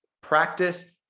Practice